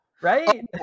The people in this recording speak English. Right